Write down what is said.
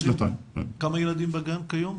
כמה ילדים בגן כיום?